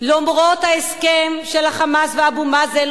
למרות ההסכם של ה"חמאס" ואבו מאזן,